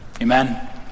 Amen